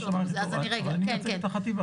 אני מייצג את החטיבה.